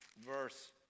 verse